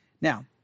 Now